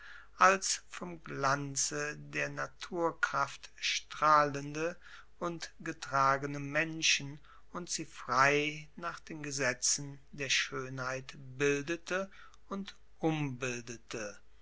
als vom glanze der naturkraft strahlende und getragene menschen und sie frei nach den gesetzen der schoenheit bildete und umbildete